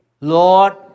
Lord